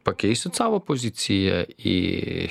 pakeisit savo poziciją į